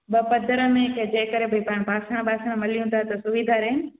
ॿ पद्दर में जंहिं करे तव्हां ॿासण वासण मलियूं त सुविधा रइनि